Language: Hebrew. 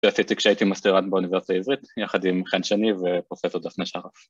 ועשיתי כשהייתי מאסטראנט באוניברסיטה העברית יחד עם חן שני ופרופסור דפנה שרף